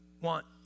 want